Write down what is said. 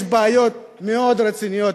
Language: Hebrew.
יש בעיות מאוד רציניות,